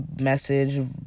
message